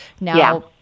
Now